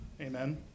Amen